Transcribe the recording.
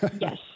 Yes